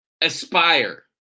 aspire